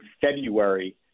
February